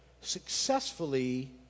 successfully